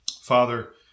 Father